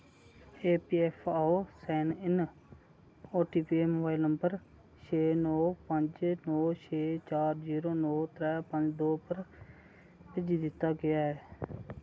EPFO sign in OTP ऐ mobile number छे नौ पंज नौ छे चार जीरो नौ त्रै पंज दो पर भेजी दित्ता गेआ ऐ